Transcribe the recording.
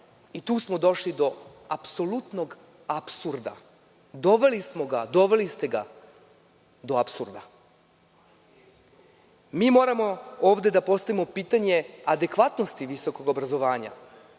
I tu smo došli do apsolutnog apsurda, doveli ste ga do apsurda. Mi moramo ode da postavimo pitanje adekvatnosti visokog obrazovanja.